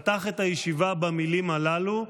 פתח את הישיבה במילים הללו,